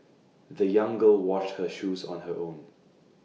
the young girl washed her shoes on her own